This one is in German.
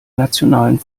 nationalen